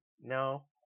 No